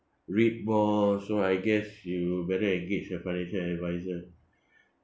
read more so I guess you better engage a financial advisor